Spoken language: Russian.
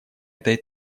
этой